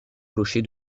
clocher